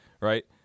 right